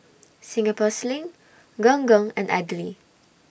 Singapore Sling Gong Gong and Idly